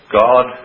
God